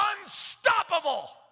unstoppable